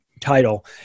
title